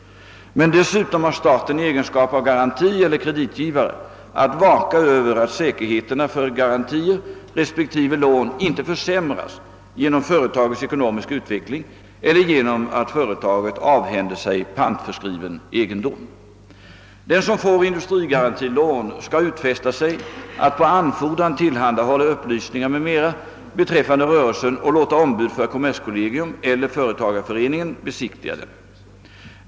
Men dessutom har staten i egenskap av garantieller kreditgivare att vaka över att säkerheterna för garantier respektive lån inte försämras genom företagets ekonomiska utveckling eller genom att företaget avhänder sig pantförskriven egendom. Den som får industrigarantilån skall utfästa sig att på anfordran tillhandahålla upplysningar m.m. beträffande rörelsen och låta ombud för kommerskollegium eller företagarföreningen besiktiga den.